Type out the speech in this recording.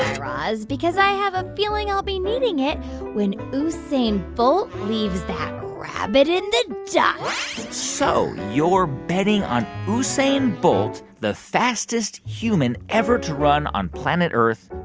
and raz, because i have a feeling i'll be needing it when usain bolt leaves that rabbit in the dust so you're betting on usain bolt, the fastest human ever to run on planet earth,